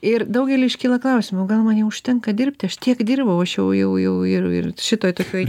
ir daugeliui iškyla klausimų gal man jau užtenka dirbti aš tiek dirbau aš jau jau jau ir ir šitoj tokioj